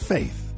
Faith